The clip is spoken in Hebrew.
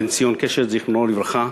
בן-ציון קשת, זיכרונו לברכה,